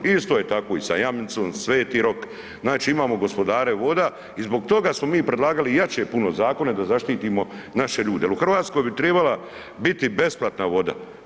Isto je tako i sa Jamnicom, Sveti Rok, znači imamo gospodare vode i zbog toga smo mi predlagali jače puno zakone da zaštitimo naše ljude jer u Hrvatskoj bi tribala biti besplatna voda.